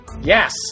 Yes